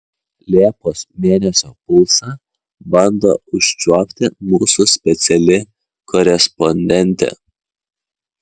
liepos mėnesio pulsą bando užčiuopti mūsų speciali korespondentė